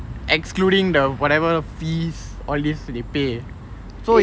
excluding the whatever fees all this they pay so